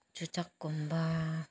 ꯆꯨꯖꯥꯛꯀꯨꯝꯕ